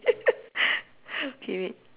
okay wait